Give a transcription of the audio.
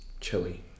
Chili